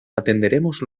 atenderemos